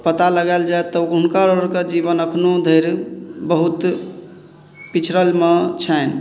पता लगाएल जाए तऽ हुनकर आरके जीवन अखनो धरि बहुत पिछड़लमे छनि